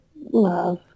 love